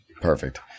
Perfect